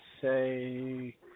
say